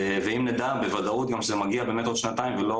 ואם נדע בוודאות שזה באמת מגיע תוך שנתיים ולא